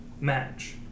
match